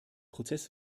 prozess